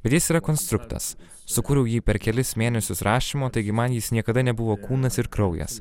bet jis yra konstruktas sukūriau jį per kelis mėnesius rašymo taigi man jis niekada nebuvo kūnas ir kraujas